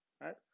right